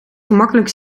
gemakkelijk